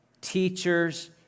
teachers